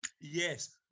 Yes